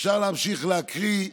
אפשר להמשיך להקריא,